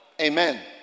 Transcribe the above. Amen